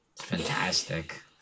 Fantastic